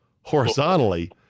horizontally